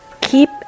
keep